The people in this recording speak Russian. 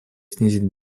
снизить